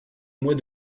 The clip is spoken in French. mois